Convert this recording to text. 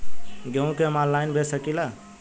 गेहूँ के हम ऑनलाइन बेंच सकी ला?